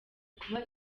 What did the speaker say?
kuba